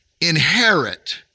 inherit